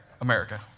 America